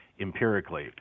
empirically